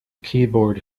keyboard